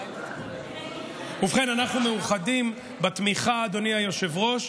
ובכן, אנחנו מאוחדים בתמיכה, אדוני היושב-ראש,